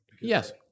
Yes